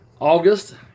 August